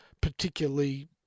particularly